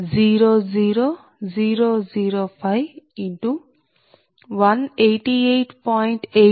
00005 x 188